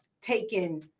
taken